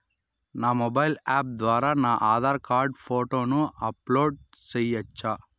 నా mobile app ద్వారా నా ఆధార్ కార్డు ఫోటోను అప్లోడ్ సేయొచ్చా?